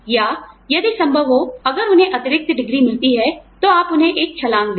या यदि संभव हो अगर उन्हें अतिरिक्त डिग्री मिलती है तो आप उन्हें एक छलांग दें